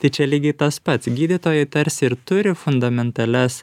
tai čia lygiai tas pats gydytojai tarsi ir turi fundamentalias